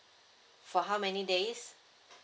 for how many days